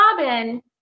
Robin